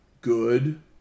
good